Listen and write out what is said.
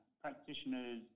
practitioners